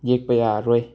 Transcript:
ꯌꯦꯛꯄ ꯌꯥꯔꯔꯣꯏ